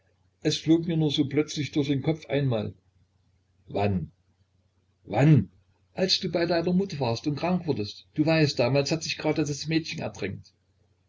es flog mir nur so plötzlich durch den kopf einmal wann wann als du bei deiner mutter warst und krank wurdest du weißt damals hat sich gerade das mädchen ertränkt